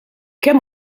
kemm